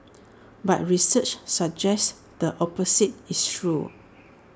but research suggests the opposite is true